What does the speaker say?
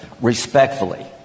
respectfully